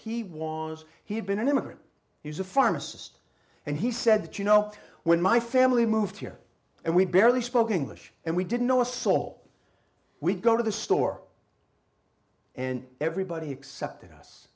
was he had been an immigrant he's a pharmacist and he said that you know when my family moved here and we barely spoke english and we didn't know a soul we'd go to the store and everybody accepted us